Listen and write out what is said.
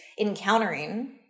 encountering